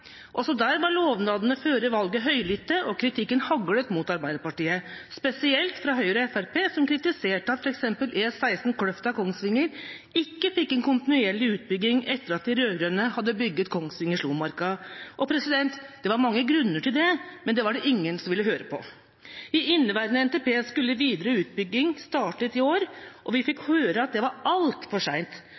Også der var lovnadene før valget høylytte, og kritikken haglet mot Arbeiderpartiet, spesielt fra Høyre og Fremskrittspartiet, som kritiserte at f.eks. E16 Kløfta–Kongsvinger ikke fikk en kontinuerlig utbygging etter at de rød-grønne hadde bygd ut Kongsvinger–Slomarka. Det var mange grunner til det, men det var det ingen som ville høre på. Ifølge inneværende NTP skulle videre utbygging ha startet i år, og vi fikk høre at det var altfor